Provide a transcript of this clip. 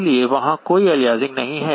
इसलिए वहां कोई अलियासिंग नहीं हैं